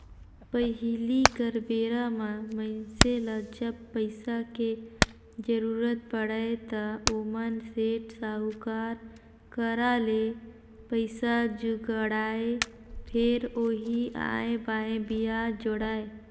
पहिली कर बेरा म मइनसे ल जब पइसा के जरुरत पड़य त ओमन सेठ, साहूकार करा ले पइसा जुगाड़य, फेर ओही आंए बांए बियाज जोड़य